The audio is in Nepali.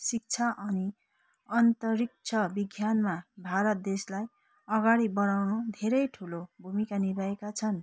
शिक्षा अनि अन्तरिक्ष विज्ञानमा भारत देशलाई अगाडि बढाउनु धेरै ठुलो भूमिका निभाएका छन्